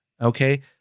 okay